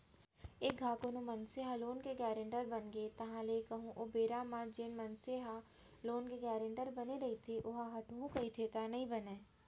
एक घांव कोनो मनसे ह लोन के गारेंटर बनगे ताहले कहूँ ओ बेरा म जेन मनसे ह लोन के गारेंटर बने रहिथे ओहा हटहू कहिथे त नइ बनय